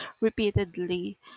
repeatedly